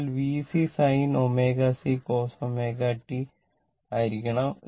അതിനാൽ ഇത് Vm ω C cos ω t ആയിരിക്കണം